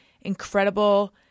incredible –